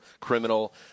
criminal